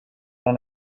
dans